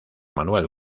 manuel